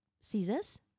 scissors